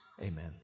Amen